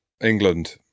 England